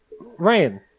Ryan